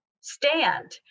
stand